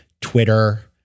Twitter